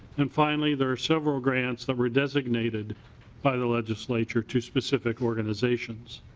and finally there are several grants that were designated by the legislature to specific organizations.